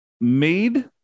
made